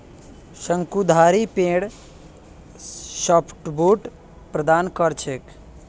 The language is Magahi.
शंकुधारी पेड़ सॉफ्टवुड प्रदान कर छेक